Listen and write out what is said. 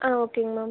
ஆ ஓகேங்க மேம்